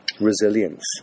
resilience